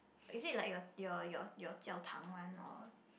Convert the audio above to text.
is it like your your your your 教堂 one or